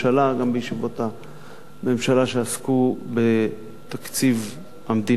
וגם בישיבות הממשלה שעסקו בתקציב המדינה,